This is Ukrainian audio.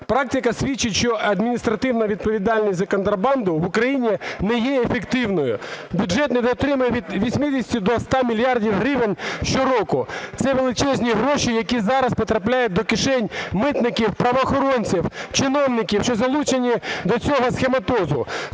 Практика свідчить, що адміністративна відповідальність за контрабанду в України не є ефективною. Бюджет недоотримує від 80 до 100 мільярдів гривень щороку. Це величезні гроші, які зараз потрапляють до кишень митників, правоохоронців, чиновників, що залучені до цього схематозу.